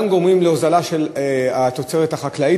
גם גורמים להוזלה של התוצרת החקלאית,